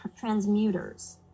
transmuters